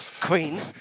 Queen